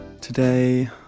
today